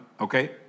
okay